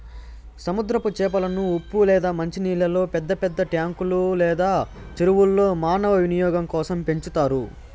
సముద్రపు చేపలను ఉప్పు లేదా మంచి నీళ్ళల్లో పెద్ద పెద్ద ట్యాంకులు లేదా చెరువుల్లో మానవ వినియోగం కోసం పెంచుతారు